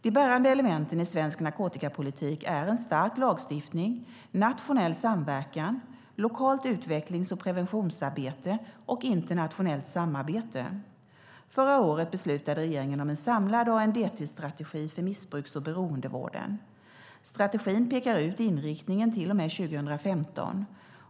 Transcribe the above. De bärande elementen i svensk narkotikapolitik är en stark lagstiftning, nationell samverkan, lokalt utvecklings och preventionsarbete och internationellt samarbete. Förra året beslutade regeringen om en samlad ANDT-strategi för missbruks och beroendevården. Strategin pekar ut inriktningen till och med 2015.